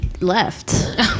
left